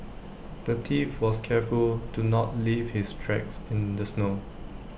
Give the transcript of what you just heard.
the thief was careful to not leave his tracks in the snow